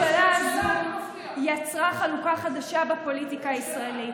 הממשלה הזאת יצרה חלוקה חדשה בפוליטיקה הישראלית.